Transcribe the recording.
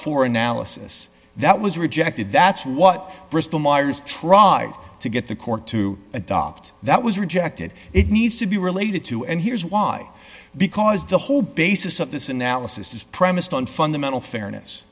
for analysis that was rejected that's what bristol myers tried to get the court to adopt that was rejected it needs to be related to and here's why because the whole basis of this analysis is premised on fundamental fairness